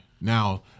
now